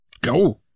Go